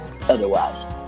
otherwise